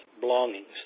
belongings